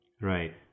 Right